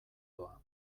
doa